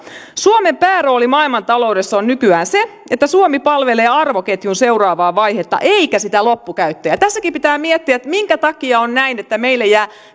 suomen päärooli maailmantaloudessa on nykyään se että suomi palvelee arvoketjun seuraavaa vaihetta eikä sitä loppukäyttäjää tässäkin pitää miettiä minkä takia on näin että meille jää